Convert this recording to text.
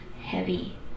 heavy